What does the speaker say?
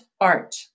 art